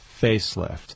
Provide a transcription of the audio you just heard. facelift